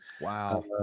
Wow